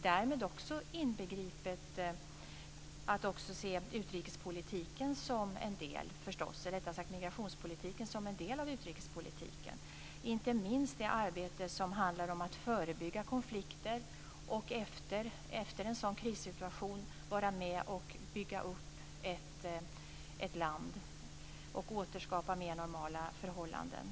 Därmed är det inbegripet att se migrationspolitiken som en del av utrikespolitiken. Det gäller inte minst det arbete som handlar om att förebygga konflikter, och efter en sådan krissituation gäller det att bygga upp ett land och återskapa mer normala förhållanden.